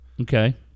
Okay